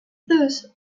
thus